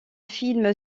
film